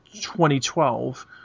2012